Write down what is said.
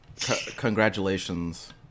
Congratulations